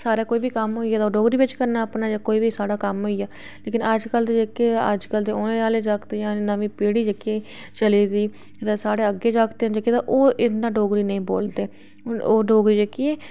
सारा कोई कम्म होऐ ते ओह् डोगरी बिच करना अपने कोई बी साढ़ा कम्म होइया लेकिन अजकल दे जेह्के औने आह्ले जागत जेह्के जां नमीं पीढ़ी चली दी जेह्की ते जां साढ़े अग्गै जागत् न ओह् इन्नी डोगरी नेईं बोलदे हून ओह् डोगरी जेह्की ऐ